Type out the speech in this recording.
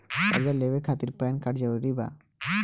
कर्जा लेवे खातिर पैन कार्ड जरूरी बा?